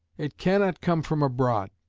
it cannot come from abroad.